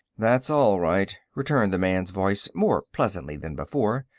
that's all right, returned the man's voice, more pleasantly than before.